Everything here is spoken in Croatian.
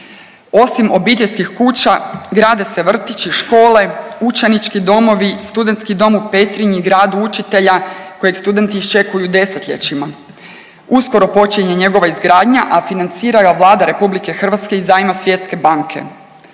Osim obiteljskih kuća grade se vrtići, škole, učenički domovi, studentski dom u Petrinji, gradu učitelja kojeg studenti iščekuju desetljećima. Uskoro počinje njegova izgradnja, a financira ga Vlada Republike Hrvatske iz zajma Svjetske banke